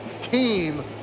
team